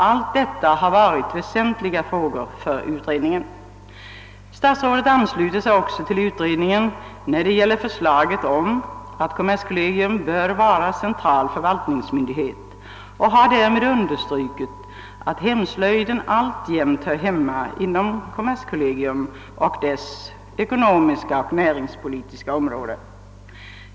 Allt detta har varit väsentliga frågor för utredningen. Statsrådet ansluter sig också till utredningens förslag att kommerskollegium bör vara central förvaltningsmyndighet. Statsrådet har därmed understrukit att hemslöjden alltjämt hör hemma inom kommerskollegium och dess ekonomiska och näringspolitiska område.